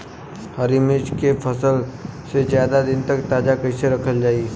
हरि मिर्च के फसल के ज्यादा दिन तक ताजा कइसे रखल जाई?